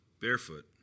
barefoot